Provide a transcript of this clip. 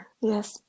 Yes